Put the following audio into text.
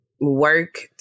work